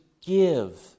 give